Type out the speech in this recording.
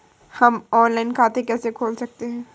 हम ऑनलाइन खाता कैसे खोल सकते हैं?